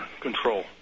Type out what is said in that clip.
control